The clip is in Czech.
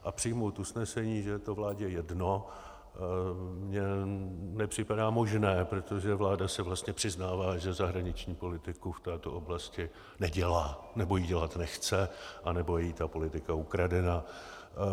A přijmout usnesení, že je to vládě jedno, mně nepřipadá možné, protože vláda se vlastně přiznává, že zahraniční politiku v této oblasti nedělá, nebo ji dělat nechce, anebo je jí ta politika ukradená.